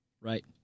Right